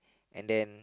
and then